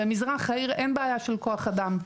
במזרח העיר אין בעיה של כוח אדם,